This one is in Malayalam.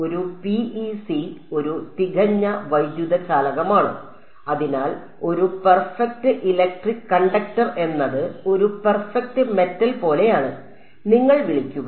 ഒരു PEC ഒരു തികഞ്ഞ വൈദ്യുത ചാലകമാണ് അതിനാൽ ഒരു പെർഫെക്റ്റ് ഇലക്ട്രിക് കണ്ടക്ടർ എന്നത് ഒരു പെർഫെക്റ്റ് മെറ്റൽ പോലെയാണ് നിങ്ങൾ വിളിക്കുക